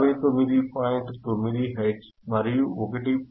9 hertz మరియు 1